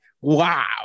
Wow